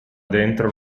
dentro